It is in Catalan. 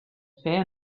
fer